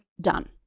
done